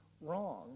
wrong